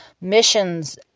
missions